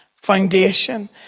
foundation